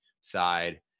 side